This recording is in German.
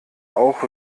auch